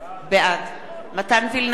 בעד מתן וילנאי,